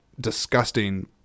disgusting